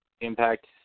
Impact